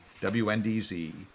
WNDZ